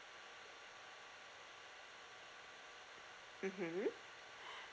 mmhmm